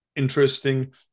Interesting